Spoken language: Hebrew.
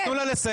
תנו לה לסיים.